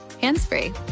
hands-free